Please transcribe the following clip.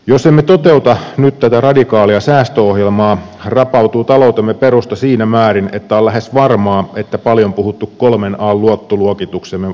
jos emme toteuta nyt tätä radikaalia säästöohjelmaa rapautuu taloutemme perusta siinä määrin että on lähes varmaa että paljon puhuttu kolmen an luottoluokituksemme poistuu historiaan